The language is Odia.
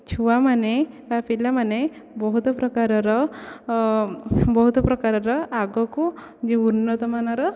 ଛୁଆ ମାନେ ବା ପିଲାମାନେ ବହୁତ ପ୍ରକାରର ବହୁତ ପ୍ରକାରର ଆଗକୁ ଯେଉଁ ଉନ୍ନତ ମାନର